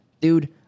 dude